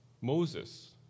Moses